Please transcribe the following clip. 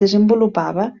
desenvolupava